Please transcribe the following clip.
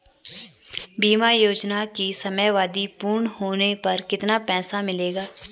बीमा योजना की समयावधि पूर्ण होने पर कितना पैसा मिलेगा?